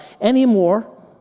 Anymore